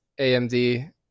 AMD